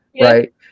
right